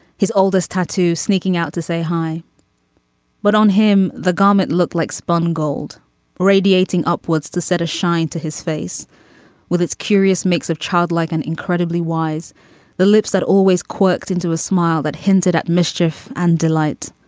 his oldest tattoo sneaking out to say hi but on him. the garment looked like spun gold radiating upwards to set a shine to his face with its curious mix of childlike an incredibly wise the lips that always quirks into a smile that hinted at mischief and delight